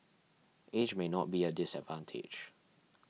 age may not be a disadvantage